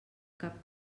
cap